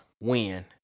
Win